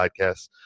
podcasts